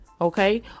Okay